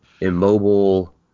immobile